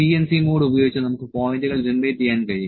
CNC mode ഉപയോഗിച്ച് നമുക്ക് പോയിന്റുകൾ ജനറേറ്റ് ചെയ്യാൻ കഴിയും